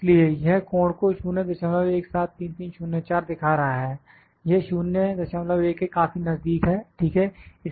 इसलिए यह कोण को 0173304 दिखा रहा है यह 01 के काफी नजदीक है ठीक है